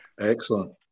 Excellent